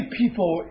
people